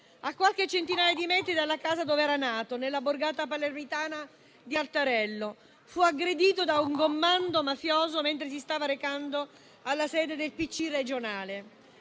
a qualche centinaio di metri dalla casa dov'era nato, nella borgata palermitana di Altarello. Fu aggredito da un commando mafioso mentre si stava recando alla sede del PCI regionale: